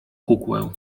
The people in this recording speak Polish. kukłę